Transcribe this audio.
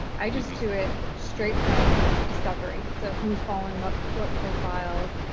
i just do it straight from like discovery. so who's following what what profiles,